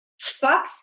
Fuck